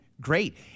great